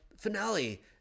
finale